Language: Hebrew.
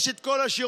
יש את כל השירותים,